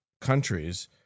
countries